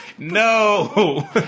No